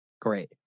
Great